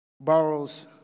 borrows